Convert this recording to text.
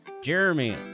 Jeremy